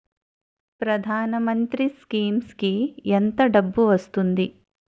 ప్రధాన మంత్రి స్కీమ్స్ కీ ఎంత డబ్బు వస్తుంది?